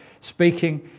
speaking